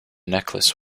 necklace